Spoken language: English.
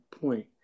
point